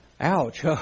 ouch